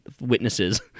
witnesses